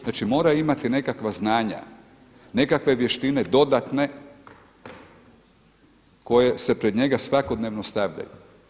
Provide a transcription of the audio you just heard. Znači mora imati nekakva znanja, nekakve vještine dodatne koje se pred njega svakodnevno stavljaju.